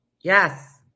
Yes